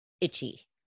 itchy